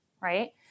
right